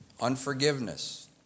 unforgiveness